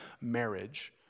marriage